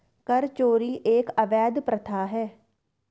कर चोरी एक अवैध प्रथा है